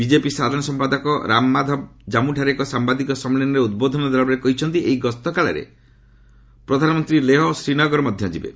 BJP ସାଧାରଣ ସମ୍ପାଦକ ରାମମାଧବ ଜାମ୍ମୁଠାରେ ଏକ ସାମ୍ବାଦିକ ସମ୍ମିଳନୀରେ ଉଦ୍ବୋଧନ ଦେଲାବେଳେ କହିଛନ୍ତି ଏହି ଗସ୍ତକାଳରେ ପ୍ରଧାନମନ୍ତ୍ରୀ ଲେହ ଓ ଶ୍ରୀନଗର ମଧ୍ୟ ଯିବେ